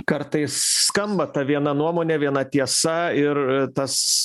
kartais skamba ta viena nuomonė viena tiesa ir tas